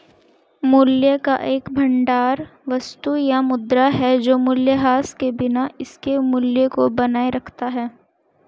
मूल्य का एक भंडार वस्तु या मुद्रा है जो मूल्यह्रास के बिना इसके मूल्य को बनाए रखता है